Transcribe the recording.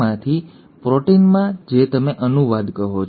માંથી પ્રોટીનમાં જે તમે અનુવાદ કહો છો